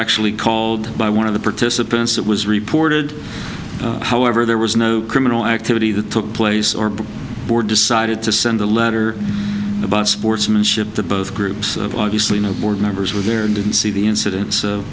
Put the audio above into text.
actually called by one of the participants that was reported however there was no criminal activity that took place or board decided to send a letter about sportsmanship to both groups of obviously no board members were there and didn't see the incident